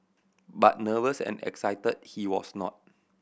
but nervous and excited he was not